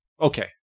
Okay